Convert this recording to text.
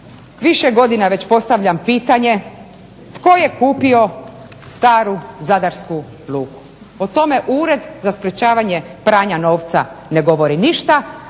više godina već postavljam pitanje, tko je kupio staru Zadarsku luku? O tome Ured za sprečavanje pranja novca ne govori ništa,